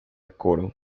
coro